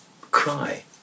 cry